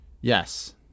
Yes